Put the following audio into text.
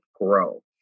grow